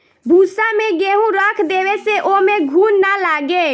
भूसा में गेंहू रख देवे से ओमे घुन ना लागे